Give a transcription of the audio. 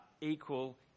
equal